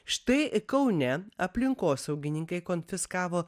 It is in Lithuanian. štai kaune aplinkosaugininkai konfiskavo